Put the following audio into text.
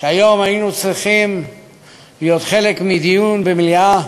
שהיום היינו צריכים להיות חלק מדיון במליאה,